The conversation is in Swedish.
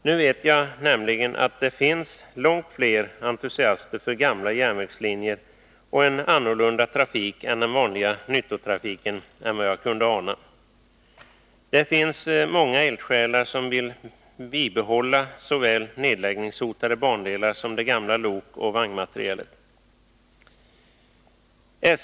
Nu vet jag nämligen att det finns långt fler entusiaster när det gäller gamla järnvägslinjer och en annorlunda trafik än den vanliga nyttotrafiken än vad jag kunde ana. Det finns många eldsjälar som vill bibehålla såväl nedläggningshotade bandelar som den gamla lokoch vagnmaterielen.